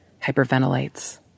hyperventilates